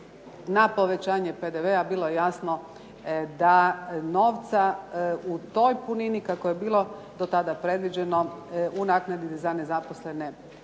na povećanje PDV-a bilo je jasno da novca u toj punini kako je bilo do tada predviđeno u naknadi za nezaposlene